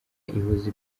ihuza